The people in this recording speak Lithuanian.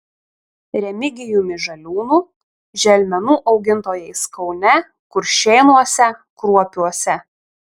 remigijumi žaliūnu želmenų augintojais kaune kuršėnuose kruopiuose